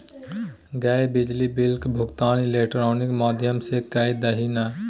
गै बिजली बिलक भुगतान इलेक्ट्रॉनिक माध्यम सँ कए दही ने